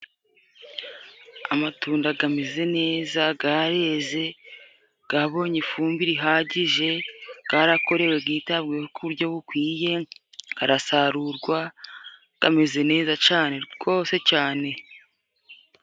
Amatunda gameze neza, gareze ,gabonye ifumbire ihagije ,garakorewe gitaweho ku buryo bukwiye arasarurwa gameze neza cane rwose cane.